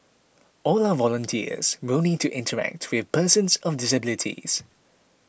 all our volunteers will need to interact with persons of disabilities